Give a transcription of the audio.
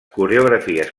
coreografies